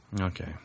Okay